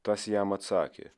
tas jam atsakė